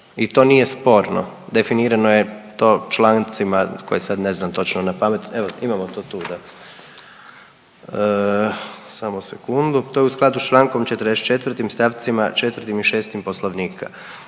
i to nije sporno, definirano je to člancima koje sad ne znam točno na pamet. Evo, imamo to tu, da, samo sekundu, to je u skladu s čl. 44. st. 4. i 6. Poslovnika.